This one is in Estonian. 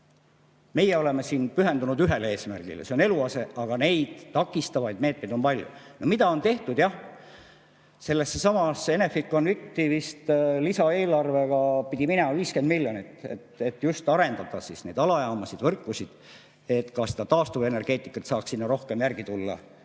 Meie oleme siin pühendunud ühele eesmärgile: see on eluase. Aga takistavaid [tegureid] on palju. Mida on tehtud? Jah, sellessesamasse Enefit Connecti vist lisaeelarvega pidi minema 50 miljonit, et just arendada alajaamasid, võrkusid, et seda taastuvenergiat saaks sinna rohkem järgi tulla.